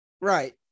Right